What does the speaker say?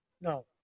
No